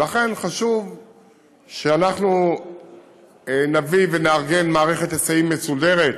ולכן חשוב שאנחנו נביא ונארגן מערכת היסעים מסודרת,